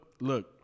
look